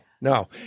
no